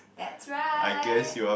that's right